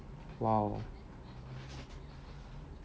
!wow!